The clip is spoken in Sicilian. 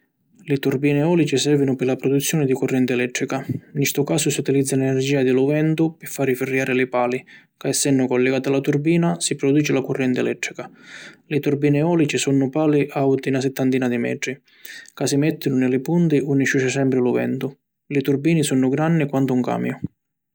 Li turbini eolici servinu pi la produzioni di currenti elettrica. Ni ‘stu casu si utilizza l’energia di lu ventu pi fari firriari li pali ca essennu colleati a la turbina si produci la currenti elettrica. Li turbini eolici sunnu pali auti na sittantina di metri, ca si mettinu ni li punti unni ciuscia sempri lu ventu. Li turbini sunnu granni quantu un camiu.